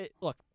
look